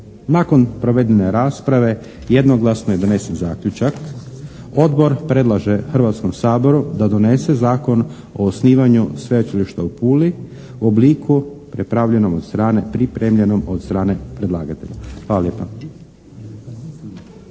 Nakon provedene rasprave jednoglasno je donesen zaključak: «Odbor predlaže Hrvatskom saboru da donese zakon o osnivanju sveučilišta u Puli u obliku prepravljenom od strane, pripremljenom